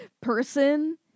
person